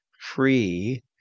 free